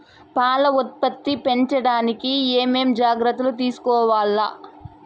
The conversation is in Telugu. పాల ఉత్పత్తి పెంచడానికి ఏమేం జాగ్రత్తలు తీసుకోవల్ల?